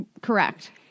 Correct